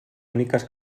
úniques